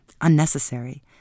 unnecessary